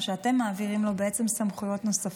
שאתם מעבירים לו בעצם סמכויות נוספות.